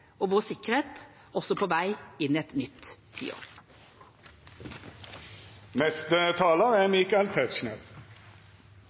og sikkerhet også på vei inn i et nytt tiår.